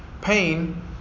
pain